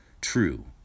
True